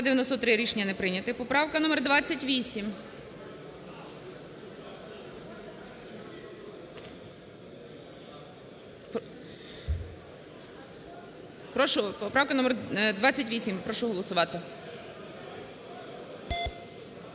За-93 Рішення не прийняте. Поправка номер 28. Прошу, поправка номер 28, прошу голосувати.